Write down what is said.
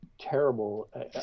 terrible